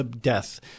death